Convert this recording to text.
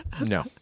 No